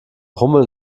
hummeln